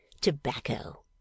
tobacco